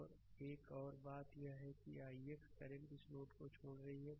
और एक और बात यह है कि ix करंट इस नोड को छोड़ रहा है